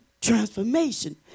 transformation